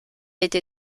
été